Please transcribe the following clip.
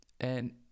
And-